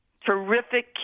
terrific